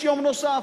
יש יום נוסף,